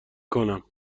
کنم